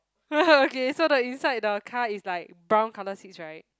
okay so the inside the car is like brown colour seats right